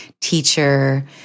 teacher